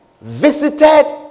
visited